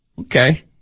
Okay